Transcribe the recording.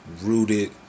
rooted